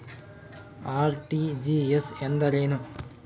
RTGS ಎಂದರೇನು?